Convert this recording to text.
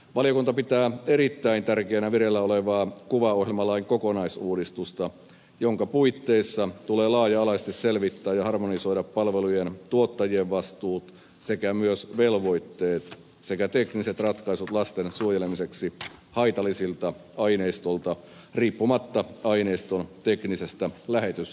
valiokunta pitää erittäin tärkeänä vireillä olevaa kuvaohjelmalain kokonaisuudistusta jonka puitteissa tulee laaja alaisesti selvittää ja harmonisoida palvelujen tuottajien vastuu sekä myös velvoitteet sekä tekniset ratkaisut lasten suojelemiseksi haitallisilta aineistoilta riippumatta aineiston teknisestä lähetystavasta